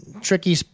tricky